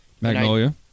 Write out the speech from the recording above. Magnolia